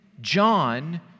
John